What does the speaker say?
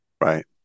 Right